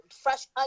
fresh